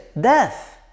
death